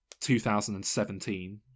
2017